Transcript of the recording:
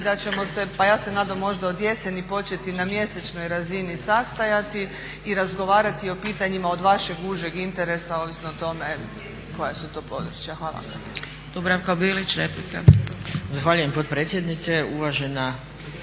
da ćemo se, pa ja se nadam možda od jeseni, početi na mjesečnoj razini sastajati i razgovarati o pitanjima od vašeg užeg interesa ovisno o tome koja su to područja. Hvala.